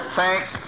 thanks